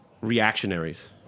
reactionaries